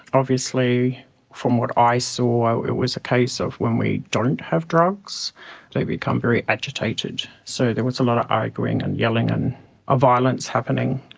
obviously from what i saw it was a case of when they don't have drugs they become very agitated, so there was a lot of arguing and yelling and ah violence happening.